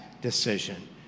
decision